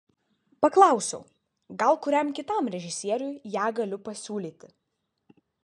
paklausiau gal kuriam kitam režisieriui ją galiu pasiūlyti